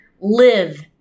live